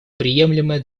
приемлемое